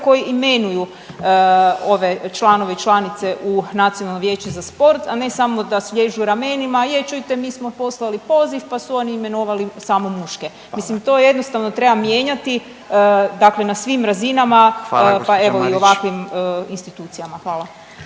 koji imenuju ove članove i članice u Nacionalno vijeće za sport, a ne samo da sliježu ramenima je čujte mi smo poslali poziv pa su oni imenovali samo muške. …/Upadica: Hvala./… Mislim to jednostavno treba mijenjati, dakle na svim razinama …/Upadica: Hvala